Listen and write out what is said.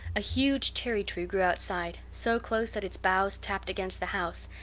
a huge cherry-tree grew outside, so close that its boughs tapped against the house,